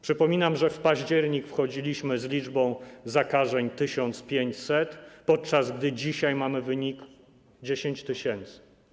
Przypominam, że w październik wchodziliśmy z liczbą zakażeń 1500, podczas gdy dzisiaj mamy wynik 10 000.